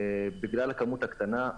בגלל הכמות הקטנה,